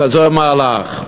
כזה מהלך.